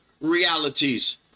realities